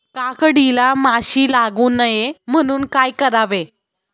काकडीला माशी लागू नये म्हणून काय करावे?